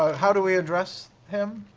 how do we address him?